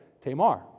Tamar